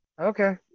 Okay